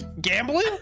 gambling